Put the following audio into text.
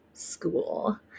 school